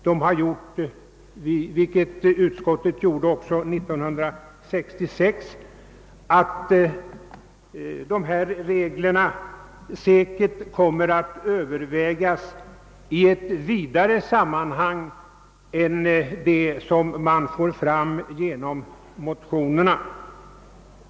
Liksom år 1966 påpekar utskottet att reglerna säkerligen kommer att övervägas i ett vidare sammanhang än det som berörts i motionerna.